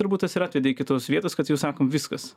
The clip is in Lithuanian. turbūt tas ir atvedė iki tos vietos kad jau sakom viskas